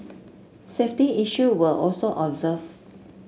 safety issue were also observe